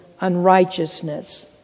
unrighteousness